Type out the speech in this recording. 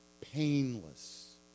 painless